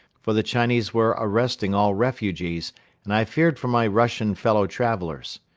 for the chinese were arresting all refugees and i feared for my russian fellow-travelers.